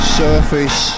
surface